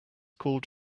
called